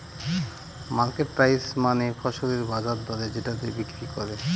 market price মানে ফসলের বাজার দরে যেটাতে বিক্রি করে